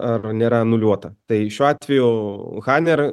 ar nėra anuliuota tai šiuo atveju haner